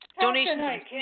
donations